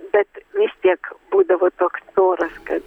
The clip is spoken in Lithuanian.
bet vis tiek būdavo toks noras kad